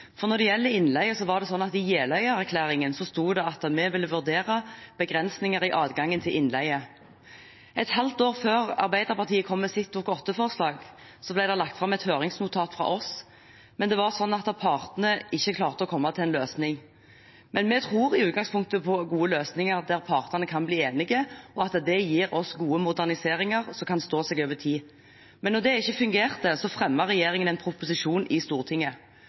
saken. Når det gjelder innleie, står det i Jeløya-erklæringen at vi vil «vurdere begrensninger i adgang til innleie». Et halvt år før Arbeiderpartiet kom med sitt Dokument 8-forslag, la vi fram et høringsnotat, men partene klarte ikke å komme til en løsning. Vi tror i utgangspunktet på gode løsninger der partene kan bli enige, og at det gir oss gode moderniseringer som kan stå seg over tid. Men da det ikke fungerte, fremmet regjeringen en proposisjon i Stortinget.